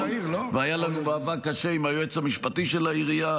והיה לנו מאבק קשה עם היועץ המשפטי של העירייה,